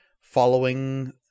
following